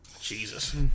Jesus